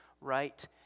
right